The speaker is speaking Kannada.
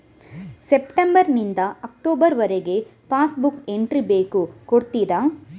ಸೆಪ್ಟೆಂಬರ್ ನಿಂದ ಅಕ್ಟೋಬರ್ ವರಗೆ ಪಾಸ್ ಬುಕ್ ಎಂಟ್ರಿ ಬೇಕು ಕೊಡುತ್ತೀರಾ?